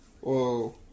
whoa